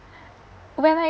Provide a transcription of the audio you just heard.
when I